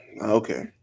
Okay